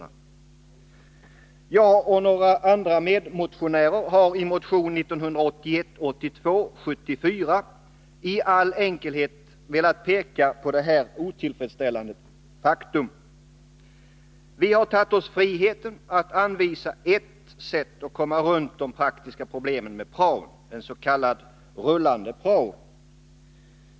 Jag och några medmotionärer har i motion 1981/82:74 i all enkelhet velat peka på detta otillfredsställande faktum. Vi har tagit oss friheten att anvisa ert sätt att komma runt de praktiska problemen med praon: en s.k. rullande prao.